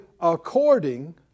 According